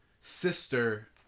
sister